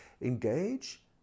engage